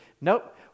Nope